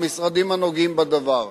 המשרדים הנוגעים בדבר,